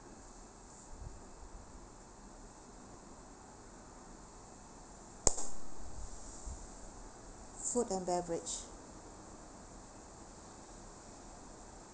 food and beverage